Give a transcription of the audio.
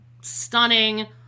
stunning